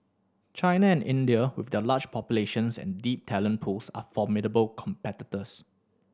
China and India with their large populations and deep talent pools are formidable competitors